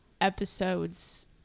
episodes